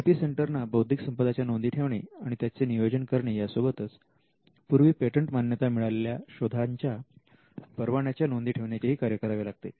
I P centre ना बौद्धिक संपदा च्या नोंदी ठेवणे आणि त्यांचे नियोजन करणे यासोबतच पूर्वी पेटंट मान्यता मिळालेल्या शोधांच्या परवान्याच्या नोंदी ठेवण्याचेही कार्य करावे लागते